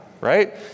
right